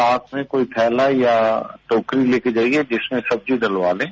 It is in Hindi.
साथ में कोई थैला या टोकरी लेकर जाइये जिसमें सब्जी डलवा लें